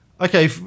okay